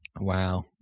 Wow